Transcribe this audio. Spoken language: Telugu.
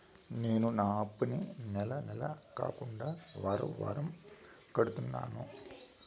నేను నా అప్పుని నెల నెల కాకుండా వారం వారం కడుతున్నాను